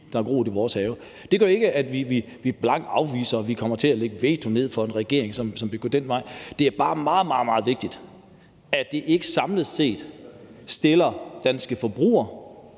som er groet i vores have. Det betyder ikke, at vi blankt afviser det, eller at vi kommer til at nedlægge veto over for en regering, som vil gå den vej, men det er bare meget, meget vigtigt, at vi ikke samlet set stiller danske forbrugere